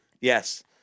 Yes